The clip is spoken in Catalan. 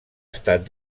estat